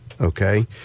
Okay